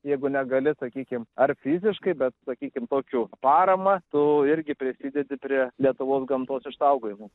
jeigu negali sakykim ar fiziškai bet sakykim tokiu parama tu irgi prisidedi prie lietuvos gamtos išsaugojimo